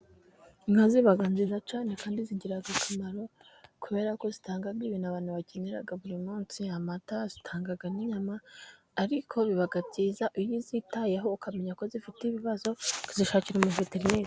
Inka ziba nziza cyane kandi zigira akamaro kubera ko zitanga ibintu abantu bakenera buri munsi. Amata, zitanga n'inyama, ariko biba byiza iyo zitaweho ukamenya ko zifite ibibazo ukazishakira umuveterineri.